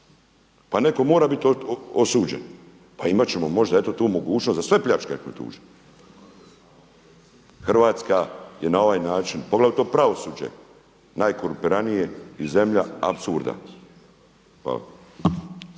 Pa netko mora biti osuđen. Pa imat ćemo možda eto tu mogućnost za sve pljačke tužiti. Hrvatska je na ovaj način poglavito pravosuđe najkorumpiranije i zemlja apsurda. Hvala.